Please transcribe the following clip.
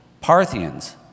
Parthians